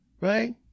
Right